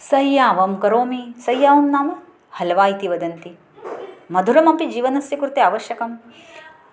सय्यावं करोमि सय्यावं नाम हल्वा इति वदन्ति मधुरमपि जीवनस्य कृते आवश्यकम्